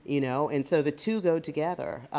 you know and so the two go together.